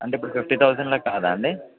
అంటే ఇప్పుడు ఫిఫ్టీ థౌసండ్లో కాదా అండి